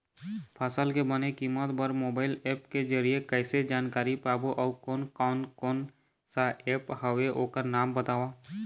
फसल के बने कीमत बर मोबाइल ऐप के जरिए कैसे जानकारी पाबो अउ कोन कौन कोन सा ऐप हवे ओकर नाम बताव?